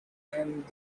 and